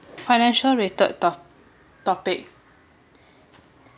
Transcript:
financial related to~ topic